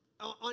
On